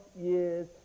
years